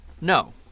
No